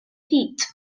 heat